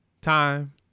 time